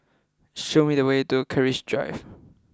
show me the way to Keris Drive